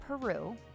Peru